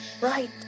right